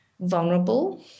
vulnerable